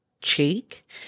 Cheek